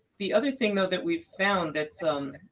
the other thing, though, that we found that's